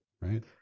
right